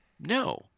no